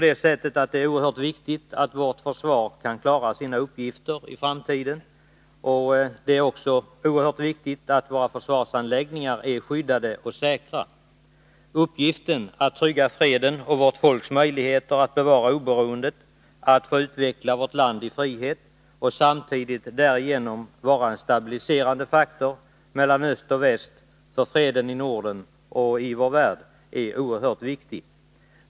Det är oerhört viktigt att vårt försvar kan klara sina uppgifter i framtiden, likaså att våra försvarsanläggningar är skyddade och säkra. Uppgiften att trygga freden, vårt folks möjligheter att bevara oberoendet och utvecklingen av vårt land i frihet — samtidigt som det är en stabiliserande faktor mellan öst och väst när det gäller freden i Norden och i vår övriga omvärld — är oerhört viktig.